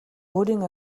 өөрийн